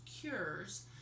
cures